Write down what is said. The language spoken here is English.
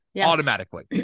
automatically